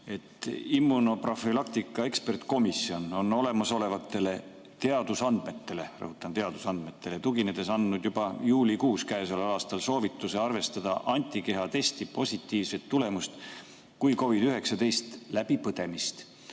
Immunoprofülaktika ekspertkomisjon andis olemasolevatele teadusandmetele, rõhutan, et teadusandmetele tuginedes juba juulikuus käesoleval aastal soovituse arvestada antikehatesti positiivset tulemust kui COVID‑19 läbipõdemist.